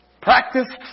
practice